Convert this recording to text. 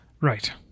Right